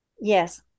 Yes